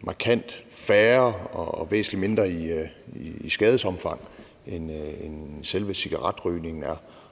markant færre og væsentlig mindre i skadesomfang, end selve cigaretrygningen er,